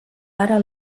ara